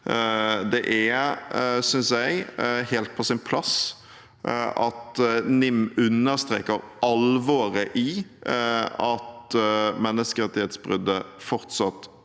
jeg, helt på sin plass at NIM understreker alvoret i at menneskerettighetsbruddet fortsatt